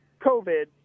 COVID